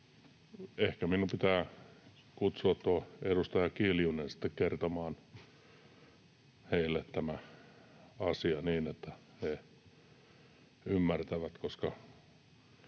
ehkä minun pitää kutsua tuo edustaja Kiljunen sitten kertomaan heille tämä asia niin, että he ymmärtävät.